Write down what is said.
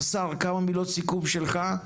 השר כמה מילות סיכום שלך,